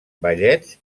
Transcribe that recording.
ballets